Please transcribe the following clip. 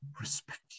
respect